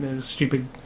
stupid